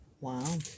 Wow